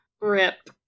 rip